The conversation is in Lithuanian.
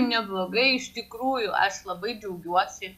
neblogai iš tikrųjų aš labai džiaugiuosi